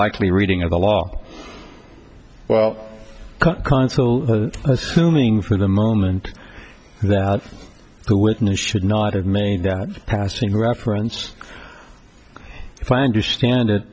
likely reading of the law well assuming for the moment that who witness should not have many passing reference if i understand it